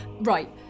Right